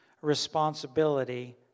responsibility